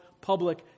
public